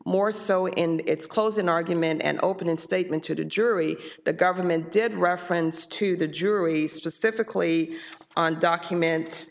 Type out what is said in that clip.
more so in its closing argument and opening statement to the jury the government did reference to the jury specifically on document